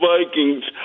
Vikings